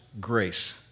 grace